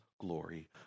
glory